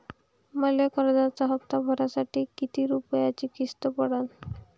मले कर्जाचा हप्ता भरासाठी किती रूपयाची किस्त पडन?